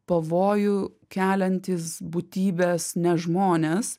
pavojų keliantys būtybės nežmonės